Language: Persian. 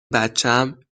بچم